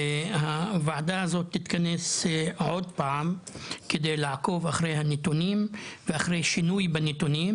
הוועדה הזו תתכנס עוד פעם כדי לעקוב אחרי הנתונים ואחרי שינויים בנתונים